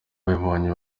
babibonye